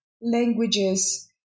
languages